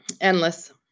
Endless